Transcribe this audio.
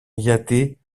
γιατί